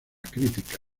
crítica